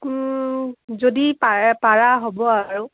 যদি পাৰে পৰা হ'ব আৰু